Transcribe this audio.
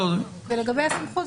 ולגבי הסמכות,